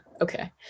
Okay